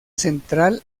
central